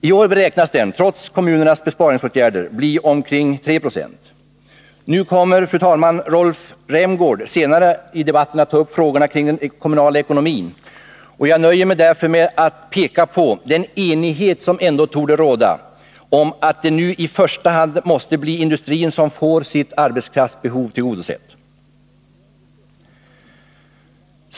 I år beräknas den — trots kommunernas besparingsåtgärder — bli omkring 3 90. Fru talman! Rolf Rämgård kommer senare i debatten att beröra olika frågor kring den kommunala ekonomin. Jag nöjer mig därför med att peka på den enighet som ändå torde råda om att det nu i första hand måste bli industrin som får sitt arbetskraftsbehov tillgodosett.